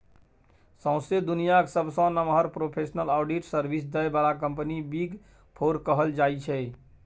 सौंसे दुनियाँक सबसँ नमहर प्रोफेसनल आडिट सर्विस दय बला कंपनी बिग फोर कहल जाइ छै